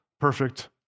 perfect